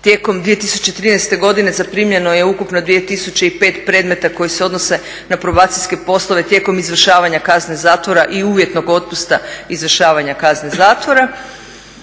Tijekom 2013. godine zaprimljeno je ukupno 2005 predmeta koji se odnose na probacijske poslove tijekom izvršavanja kazne zatvora i uvjetnog otpusta izvršavanja kazne zatvora,